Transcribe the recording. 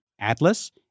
Atlas